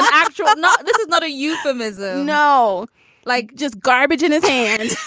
actually, i'm not. this is not a euphemism. no, like just garbage in his hand.